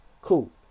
cool